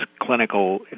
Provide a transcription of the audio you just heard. clinical